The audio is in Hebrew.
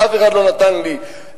אף אחד לא נתן לי אמצעים,